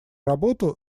работу